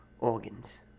Organs